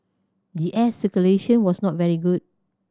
the air circulation was not very good